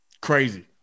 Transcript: crazy